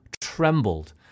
trembled